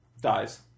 dies